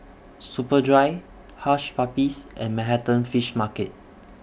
Superdry Hush Puppies and Manhattan Fish Market